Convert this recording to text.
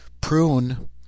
prune